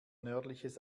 nördliches